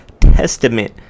testament